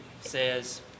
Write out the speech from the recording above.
says